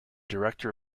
director